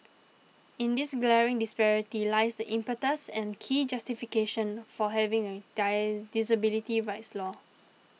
in this glaring disparity lies the impetus and key justification for having a die disability rights law